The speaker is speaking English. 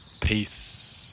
Peace